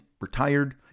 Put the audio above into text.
retired